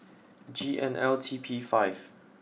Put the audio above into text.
G N L T P five